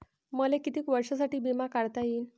मले कितीक वर्षासाठी बिमा काढता येईन?